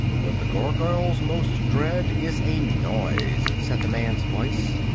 what the gargoyles most dread is a noise, said the man's voice.